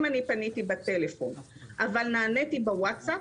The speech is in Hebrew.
אם פניתי בטלפון אבל נעניתי בווצאפ,